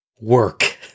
work